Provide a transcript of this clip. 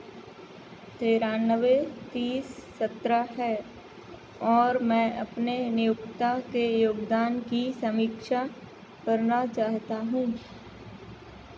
तिरानवे तीस सत्रह है और मैं अपने नियुक्ता के योगदान की समीक्षा करना चाहता हूँ